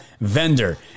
vendor